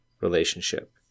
relationship